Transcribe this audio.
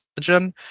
pathogen